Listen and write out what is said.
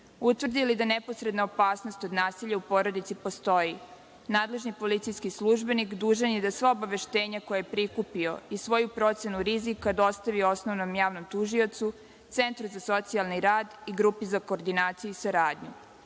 Utvrdi li da neposredna opasnost od nasilja u porodici postoji, nadležni policijski službenik dužan je da sva obaveštenja koja je prikupio i svoju procenu rizika dostavi osnovnom javnom tužiocu, centru za socijalni rad i grupi za koordinaciju i saradnju.